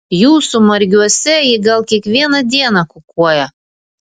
jūsų margiuose ji gal kiekvieną dieną kukuoja